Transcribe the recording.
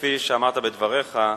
כפי שאמרת בדבריך,